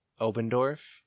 Obendorf